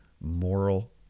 moral